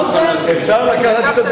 הגזמת.